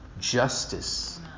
justice